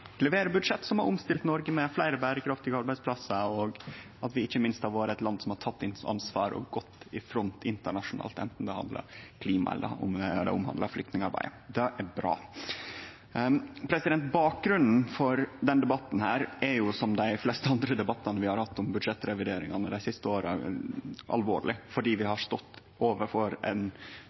levere budsjett som har omstilt Noreg, med fleire berekraftige arbeidsplassar og ikkje minst at vi har vore eit land som har teke ansvar og gått i front internasjonalt, anten det handlar om klima eller det omhandlar flyktningarbeid. Det er bra. Bakgrunnen for denne debatten er alvorleg, som dei fleste andre debattane vi har hatt om budsjettrevideringane det siste året, fordi vi har stått overfor ein